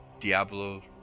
Diablo